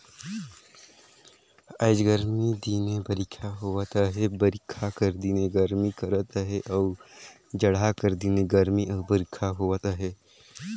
आएज गरमी दिने बरिखा होवत अहे बरिखा कर दिने गरमी करत अहे अउ जड़हा कर दिने गरमी अउ बरिखा होवत अहे